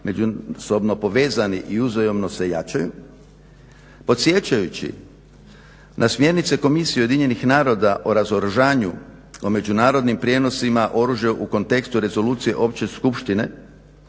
međusobno povezani i uzajamno se jačaju. Podsjećajući na smjernice Komisije UN-a o razoružanju o međunarodnim prijenosima oružja u kontekstu Rezolucije Opće skupštine